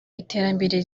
iterambere